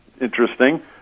interesting